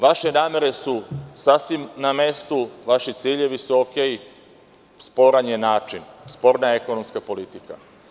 Vaše namere su sasvim na mestu, vaši ciljevi su dobri, sporan je način, sporna je ekonomska politika.